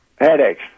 headaches